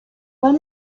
paul